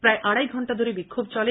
প্রায় আড়াই ঘন্টা ধরে বিক্ষোভ চলে